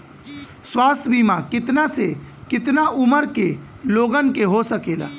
स्वास्थ्य बीमा कितना से कितना उमर के लोगन के हो सकेला?